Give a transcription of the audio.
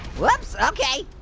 whoops, okay.